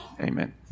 Amen